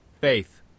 faith